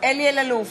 אלי אלאלוף,